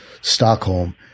Stockholm